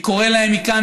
אני קורא להם מכאן,